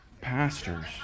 Pastors